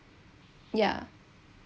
ya